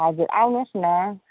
हजुर आउनुहोस् न